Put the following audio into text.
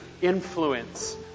influence